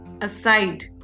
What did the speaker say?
aside